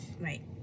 Right